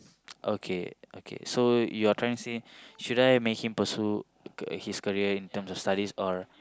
okay okay so you're trying to say should I make him pursue ca~ his career in terms of studies or